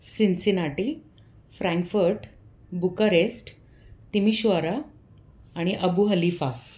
Cincinnati Frankfurt Bucharest Timisoara आणि Abu Halifa